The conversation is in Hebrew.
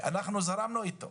אנחנו זרמנו איתו